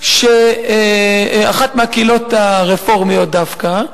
באחת הקהילות הרפורמיות דווקא,